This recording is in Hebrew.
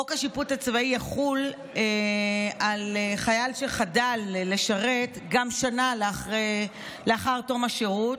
חוק השיפוט הצבאי יחול על חייל שחדל לשרת גם שנה לאחר תום השירות,